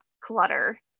clutter